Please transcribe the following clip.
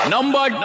Number